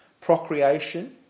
Procreation